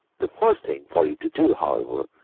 the first thing for you to do, however,